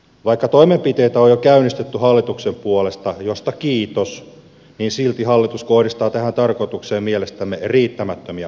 vaikka toimenpiteitä on jo käynnistetty hallituksen puolesta mistä kiitos niin silti hallitus kohdistaa tähän tarkoitukseen mielestämme riittämättömiä panostuksia